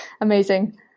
amazing